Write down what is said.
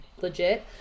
legit